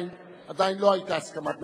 עדיין לא היתה הסכמת ממשלה.